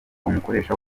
umukoresha